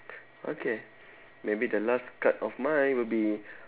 okay maybe the last card of mine will be